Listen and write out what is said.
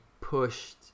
pushed